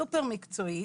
סופר מקצועית